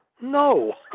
No